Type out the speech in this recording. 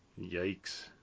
yikes